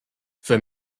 für